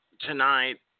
tonight